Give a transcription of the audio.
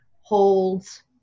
holds